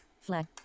Flag